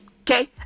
Okay